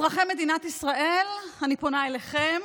אזרחי מדינת ישראל, אני פונה אליכם